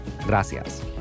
Gracias